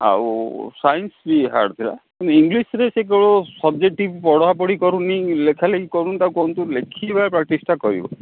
ଆଉ ସାଇନ୍ସ ବି ହାର୍ଡ଼୍ ଥିଲା କିନ୍ତୁ ଇଂଲିଶରେ ସିଏ କେବଳ ସବଜେକ୍ଟିଭ ପଢ଼ାପଢ଼ି କରୁନି ଲେଖାଲେଖି କରୁନି ତାକୁ କୁହନ୍ତୁ ଲେଖିବା ପ୍ରାକ୍ଟିସ୍ଟା କରିବ